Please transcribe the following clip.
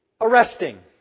arresting